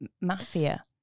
mafia